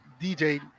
DJ